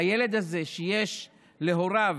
והילד הזה שיש להוריו